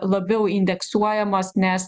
labiau indeksuojamos nes